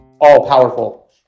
all-powerful